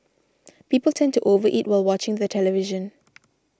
people tend to over eat while watching the television